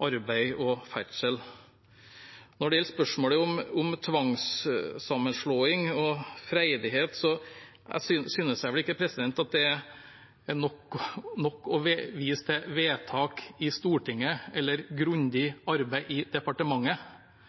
arbeid og ferdsel. Når det gjelder spørsmålet om tvangssammenslåing og freidighet, synes jeg vel ikke at det er nok å vise til vedtak i Stortinget eller grundig arbeid i departementet.